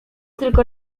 tylko